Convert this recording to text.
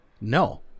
no